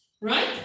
Right